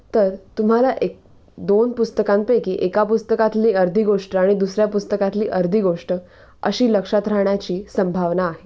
तर तुम्हाला एक दोन पुस्तकांपैकी एका पुस्तकातली अर्धी गोष्ट आणि दुसऱ्या पुस्तकातली अर्धी गोष्ट अशी लक्षात राहण्याची संभावना आहे